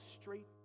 straight